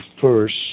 first